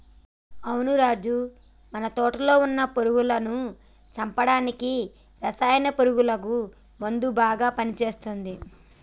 అవును రాజు మన తోటలో వున్న పురుగులను చంపడానికి రసాయన పురుగుల మందు బాగా పని చేస్తది